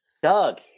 doug